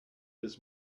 his